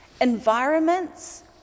environments